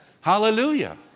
Hallelujah